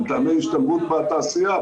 מטעמי השתלבות בתעשייה,